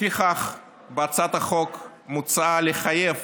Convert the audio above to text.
לפיכך, בהצעת החוק מוצע לחייב